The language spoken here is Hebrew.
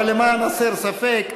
אבל למען הסר ספק,